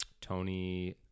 Tony